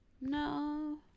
No